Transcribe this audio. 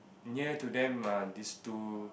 near to them are this two